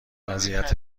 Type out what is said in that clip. وضعیت